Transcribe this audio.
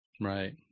Right